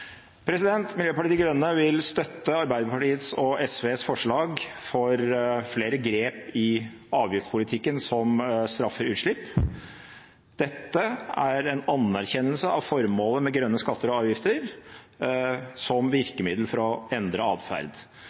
Miljøpartiet De Grønne vil støtte Arbeiderpartiets og SVs forslag om flere grep i avgiftspolitikken som straffer utslipp. Dette er en anerkjennelse av formålet med grønne skatter og avgifter som virkemiddel for å endre atferd.